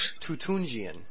Tutungian